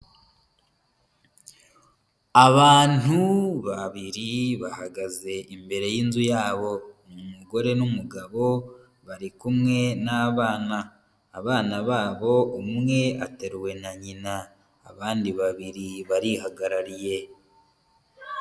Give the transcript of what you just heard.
Abantu babiri bahagaze imbere y'inzu yabo, ni umugore n'umugabo bari kumwe n'abana, abana babo umwe ateruwe na nyina, abandi babiri barihagarariye.